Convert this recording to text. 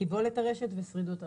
קיבולת הרשת ושרידות הרשת".